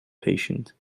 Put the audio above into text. patient